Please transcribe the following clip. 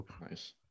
Nice